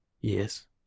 Yes